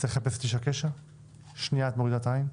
צריך לחפש את איש הקשר ואז לשנייה את מורידה את העין.